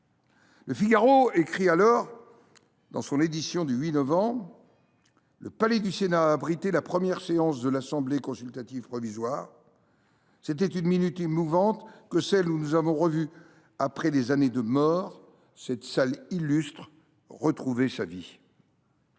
de Constantine. Dans du lendemain, on put lire :« Le Palais du Sénat a abrité la première séance de l’Assemblée consultative provisoire. C’était une minute émouvante que celle où nous avons revu, après des années de mort, cette salle illustre retrouver sa vie. »